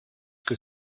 que